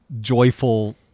joyful